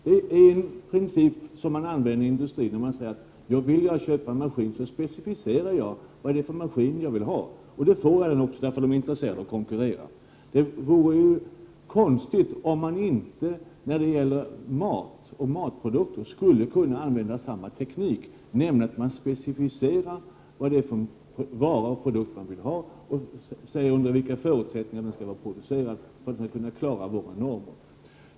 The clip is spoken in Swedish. Det är en princip som används inom industrin - vill jag köpa en maskin, så specificerar jag vad det är för maskin jag vill ha, och då får jag den också, därför att företagen är intresserade av att konkurrera. Det vore konstigt om man inte skulle kunna använda samma teknik när det gäller mat, nämligen att man specificerar vad det är för produkt man vill ha och föreskriver under vilka förutsättningar den skall vara producerad för att kunna klara våra normer.